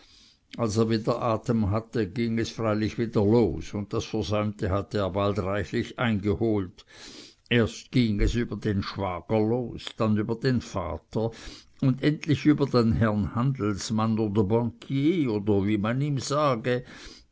er wieder atem hatte ging es freilich wieder los und das versäumte hatte er bald reichlich eingeholt erst ging es über den schwager los dann über den vater und endlich über den herrn handelsmann oder banquier oder wie man ihm sage